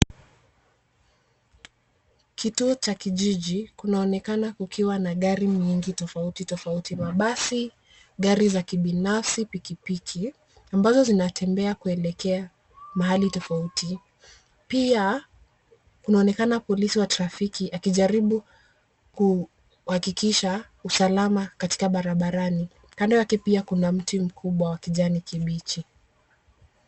Kituo cha kijiji kunaonekana kukiwa na gari mingi tofauti tofauti mabasi, gari za kibinafsi, pikipiki ambazo zinatembea kuelekea mahali tofauti. Pia kunaonekana polisi wa trafiki akijaribu kuhakikisha usalama katika barabarani. Kando yake pia kuna mti mkubwa wa kijani kibichi.